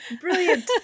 Brilliant